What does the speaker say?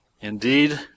Indeed